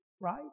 right